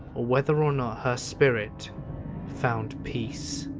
or whether or not her spirit found peace.